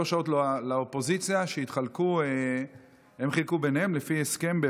שאולי נצליח להעביר תיקון אמיתי בהסכמה רחבה,